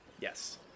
Yes